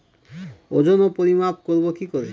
ওজন ও পরিমাপ করব কি করে?